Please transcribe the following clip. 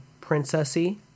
princessy